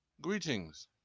greetings